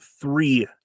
three